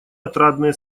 отрадные